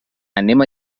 anem